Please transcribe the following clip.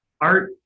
art